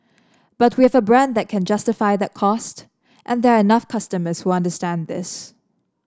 but we have a brand that can justify that cost and there are enough customers who understand this